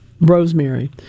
rosemary